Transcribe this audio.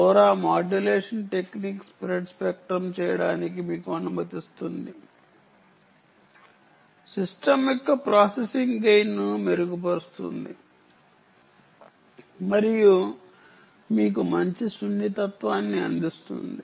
LORA modulation technique spread spectrum చేయడానికి మీకు అనుమతిస్తుంది సిస్టమ్ యొక్క ప్రాసెసింగ్ gain ను మెరుగుపరుస్తుంది మరియు మీకు మంచి సున్నితత్వాన్ని అందిస్తుంది